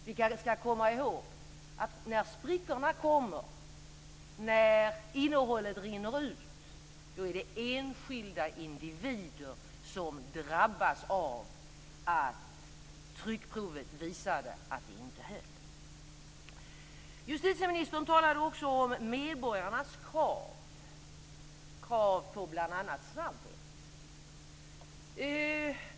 Vi kanske ska komma ihåg att när sprickorna kommer, när innehållet rinner ut, då är det enskilda individer som drabbas av att tryckprovet visade att det inte höll. Justitieministern talade också om medborgarnas krav på bl.a. snabbhet.